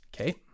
Okay